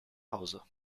hause